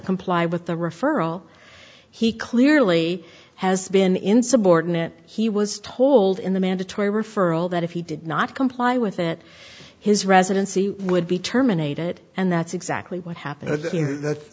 comply with the referral he clearly has been insubordinate he was told in the mandatory referral that if he did not comply with it his residency would be terminated and that's exactly what happened